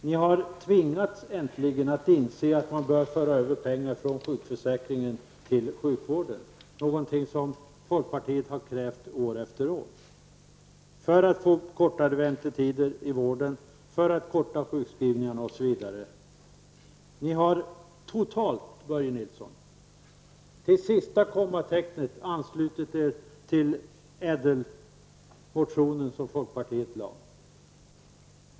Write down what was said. Ni har äntligen tvingats inse att man bör föra över pengar från sjukförsäkringen till sjukvården, någonting som folkpartiet har krävt år efter år, för att få kortare väntetider i vården, för att korta sjukskrivningarna osv. Ni har, Börje Nilsson, totalt, till sista kommatecknet, anslutit er till folkpartiets ÄDEL-motion.